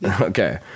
okay